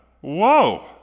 Whoa